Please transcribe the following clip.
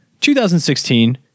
2016